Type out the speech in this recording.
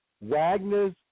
Wagner's